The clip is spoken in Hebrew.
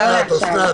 אוסנת,